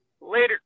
Later